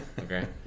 okay